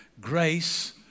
grace